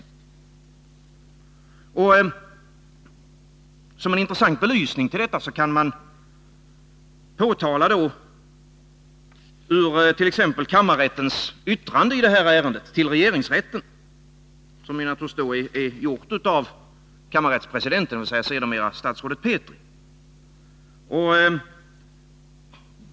En intressant belysning av detta utgör kammarrättens yttrande i ärendet till regeringsrätten som naturligtvis då är gjort av kammarrättspresidenten, sedermera statsrådet Petri.